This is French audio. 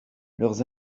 leurs